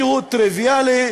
משהו טריוויאלי,